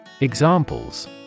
Examples